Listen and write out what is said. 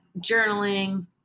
journaling